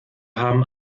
haben